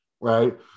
right